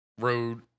road